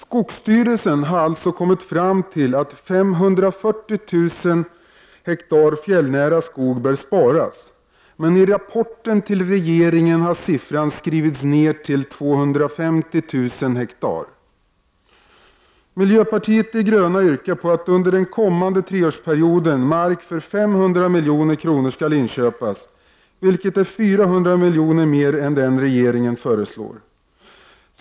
Skogsstyrelsen har alltså kommit fram till att 540000 hektar fjällnära skog bör sparas, men i rapporten till regeringen har siffran skrivits ned till 250 000 hektar. Miljöpartiet de gröna yrkar att mark för 500 milj.kr. skall inköpas under den kommande treårsperioden. Detta är 400 miljoner mer än regeringen föreslår.